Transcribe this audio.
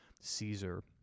Caesar